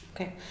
Okay